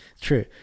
True